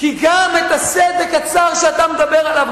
כי גם את הסדק הצר שאתה מדבר עליו,